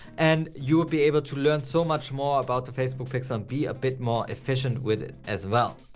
and you will be able to learn so much more about the facebook pixel and be a bit more efficient with it as well.